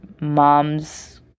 mom's